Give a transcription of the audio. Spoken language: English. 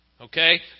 Okay